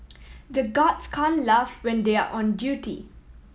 the guards can't laugh when they are on duty